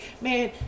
Man